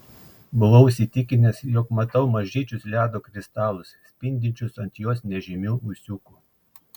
buvau įsitikinęs jog matau mažyčius ledo kristalus spindinčius ant jos nežymių ūsiukų